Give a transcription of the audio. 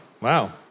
Wow